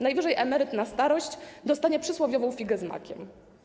Najwyżej emeryt na starość dostanie przysłowiową figę z makiem.